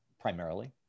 primarily